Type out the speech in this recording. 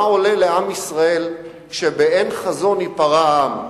עולה לעם ישראל כש"באין חזון ייפרע עם".